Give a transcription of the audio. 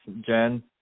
Jen